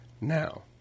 Now